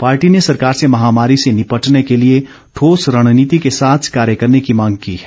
party ने सरकार से महामारी से निपटने के लिए ठोस रणनीति के साथ कार्य करने की मांग की है